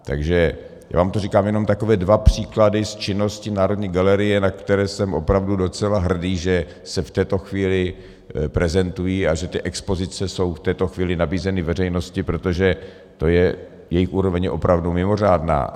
Takže já vám to říkám jen jako takové dva příklady z činnosti Národní galerie, na které jsem opravdu docela hrdý, že se v této chvíli prezentují a že ty expozice jsou v této chvíli nabízeny veřejnosti, protože jejich úroveň je opravdu mimořádná.